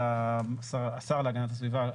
על שר האנרגיה,